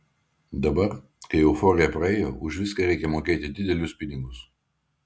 dabar kai euforija praėjo už viską reikia mokėti didelius pinigus